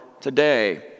today